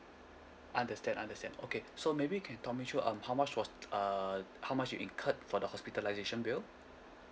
understand understand okay so maybe you can talk me through um how much was t~ uh how much you incurred for the hospitalisation bill